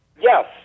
Yes